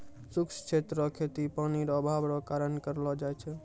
शुष्क क्षेत्र रो खेती पानी रो अभाव रो कारण करलो जाय छै